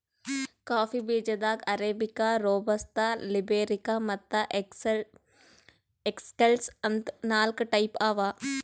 coffee ಬೀಜಾದಾಗ್ arabica, robusta, liberica ಮತ್ತ್ excelsa ಅಂತ್ ನಾಕ್ ಟೈಪ್ ಅವಾ